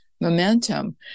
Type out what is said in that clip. momentum